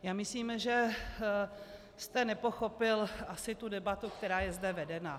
Já myslím, že jste nepochopil asi tu debatu, která je zde vedena.